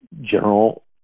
General